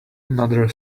another